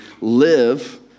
live